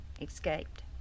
escaped